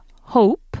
hope